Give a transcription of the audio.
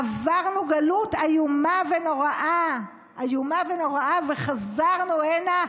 עברנו גלות איומה ונוראה וחזרנו הנה,